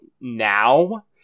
now